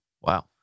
Wow